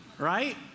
right